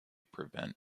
prevent